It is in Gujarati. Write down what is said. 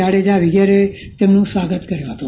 જાડેજા વગેરે તેમનું સ્વાગત કર્યું હતું